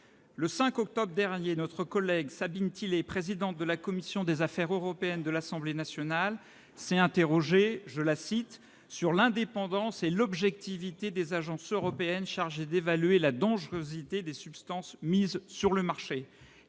Le 5 octobre dernier, notre collègue Sabine Thillaye, présidente de la commission des affaires européennes de l'Assemblée nationale, s'est interrogée sur « l'indépendance et l'objectivité des agences européennes chargées d'évaluer la dangerosité des substances mises sur le marché »